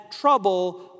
trouble